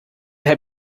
had